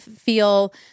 feel